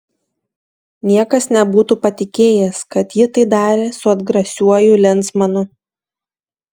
niekas nebūtų patikėjęs kad ji tai darė su atgrasiuoju lensmanu